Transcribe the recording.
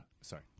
Sorry